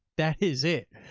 that is it.